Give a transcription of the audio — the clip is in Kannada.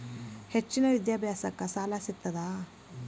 ಹೆಚ್ಚಿನ ವಿದ್ಯಾಭ್ಯಾಸಕ್ಕ ಸಾಲಾ ಸಿಗ್ತದಾ?